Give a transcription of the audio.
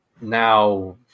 now